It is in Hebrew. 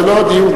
זה לא הדיון,